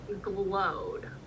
glowed